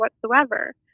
whatsoever